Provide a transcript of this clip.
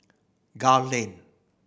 Gul Lane